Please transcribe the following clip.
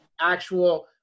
actual